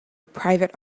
private